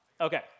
Okay